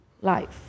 life